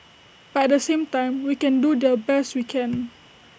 but at the same time we can do the best we can